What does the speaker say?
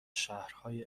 شهرهای